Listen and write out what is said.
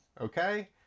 Okay